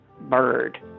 bird